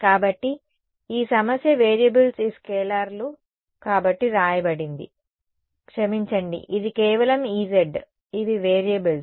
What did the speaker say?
కాబట్టి ఈ సమస్య వేరియబుల్స్ ఈ స్కేలర్లు కాబట్టి వ్రాయబడింది క్షమించండి ఇది కేవలం Ez ఇవి వేరియబుల్స్